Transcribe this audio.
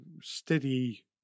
steady